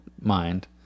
mind